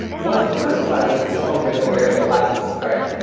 once it crystalizes, it forms basically like a lattice, right?